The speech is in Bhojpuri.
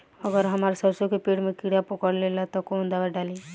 अगर हमार सरसो के पेड़ में किड़ा पकड़ ले ता तऽ कवन दावा डालि?